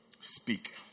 Speak